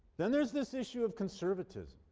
then there's this issue of conservatism.